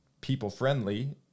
people-friendly